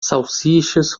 salsichas